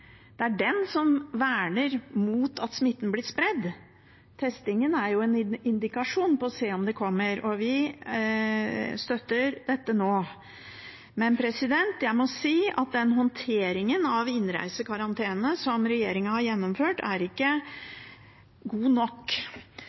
det er den som verner mot at smitten blir spredd. Testingen er en indikasjon på å se om den kommer, og vi støtter dette nå. Men jeg må si at den håndteringen av innreisekarantene som regjeringen har gjennomført, ikke er god nok.